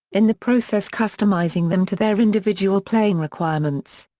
in the process customizing them to their individual playing requirements.